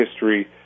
history